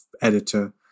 editor